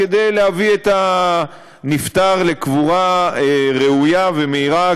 כדי להביא את הנפטר לקבורה ראויה ומהירה,